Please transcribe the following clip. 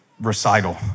Recital